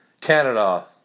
Canada